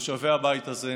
תושבי הבית הזה,